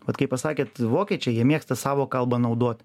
vat kaip pasakėt vokiečiai jie mėgsta savo kalbą naudot